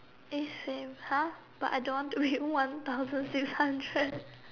eh same !huh! but I don't want to be one thousand six hundred